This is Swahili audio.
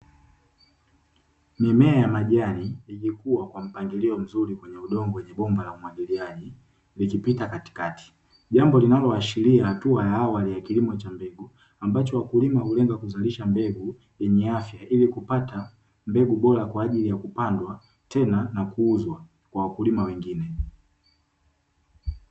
Mimea ya majani ikikua kwa mpangilio mzuri kwenye udongo lenye bomba la umwagiliaji likipita katikati, jambo linaloashiria hatua ya awali ya kilimo cha mbegu ambacho wakulima hulenga kuzalisha mbegu yenye afya, ili kupata mbegu bora kwa ajili ya kupandwa tena na kuuzwa kwa wakulima wengine.